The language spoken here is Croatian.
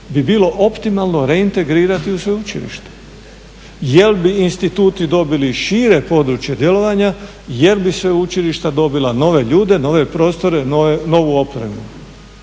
bi bilo optimalno reintegrirati u sveučilišta jer bi instituti dobili šire područje djelovanja, jer bi sveučilišta dobila nove ljude, nove prostore, novu opremu,